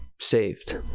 saved